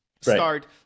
start